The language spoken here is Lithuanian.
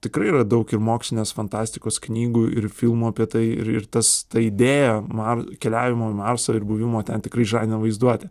tikrai yra daug ir mokslinės fantastikos knygų ir filmų apie tai ir ir tas tai idėja mar keliavimo į marsą ir buvimo ten tikrai žadina vaizduotę